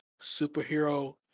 superhero